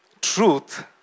truth